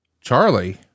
Charlie